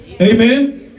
Amen